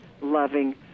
loving